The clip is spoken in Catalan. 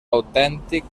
autèntic